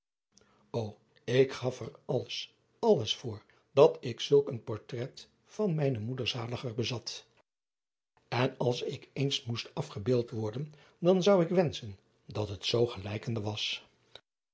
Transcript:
ô k gaf er alles alles voor dat ik zulk een portrait van mijne moeder zaliger bezat n als ik eens moest afgebeeld worden dan zou ik wenschen dat het zoo gelijkende was